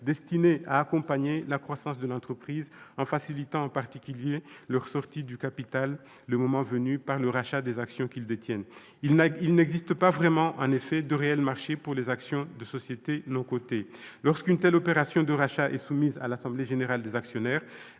destinés à accompagner la croissance de l'entreprise, en particulier en facilitant leur sortie du capital, le moment venu, par le rachat des actions qu'ils détiennent. Il n'existe pas, en effet, de réel marché pour les actions des sociétés non cotées. Lorsqu'une telle opération de rachat est soumise à l'assemblée générale des actionnaires,